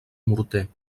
morter